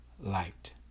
light